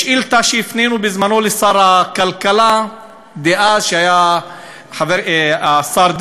בשאילתה שהפנינו לשר הכלכלה דאז, השר דרעי,